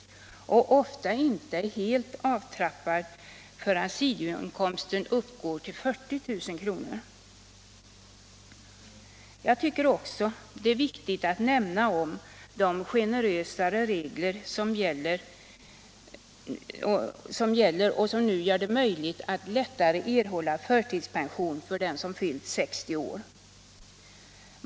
och ofta inte helt avtrappad förrän sidoinkomsten uppgår till 40 000 kr. Jag tycker också det är viktigt att nämna om de generösare regler som gäller och som nu gör det möjligt att lättare erhålla förtidspension för den som fyllt 60 år.